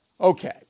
Okay